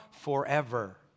Forever